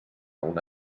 una